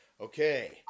Okay